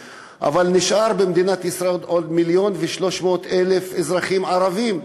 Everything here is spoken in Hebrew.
200,000. אבל נשארים במדינת ישראל עוד 1.3 מיליון אזרחים ערבים,